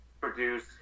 produce